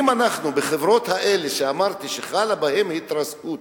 אם אנחנו, בחברות האלה שאמרתי שחלה בהן התרסקות,